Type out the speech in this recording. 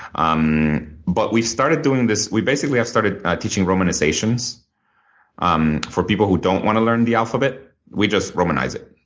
um but we've started doing this. we basically have started teaching romanizations um for people who don't want to learn the alphabet. we just romanize it,